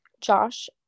Josh